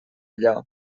allò